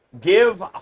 give